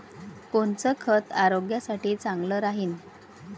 कोनचं खत आरोग्यासाठी चांगलं राहीन?